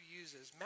uses